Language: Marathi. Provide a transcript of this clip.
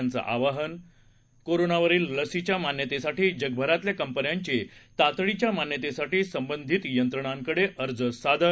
यांचं आवाहन कोरोनावरील लसीच्या मान्यतेसाठी जगभरातल्या कंपन्यांचे तातडीच्या मान्यतेसाठी संबंधित यंत्रणांकडे अर्ज सादर